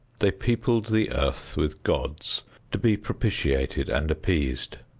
they peopled the earth with gods to be propitiated and appeased.